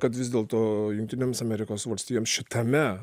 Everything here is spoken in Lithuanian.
kad vis dėlto jungtinėms amerikos valstijoms šitame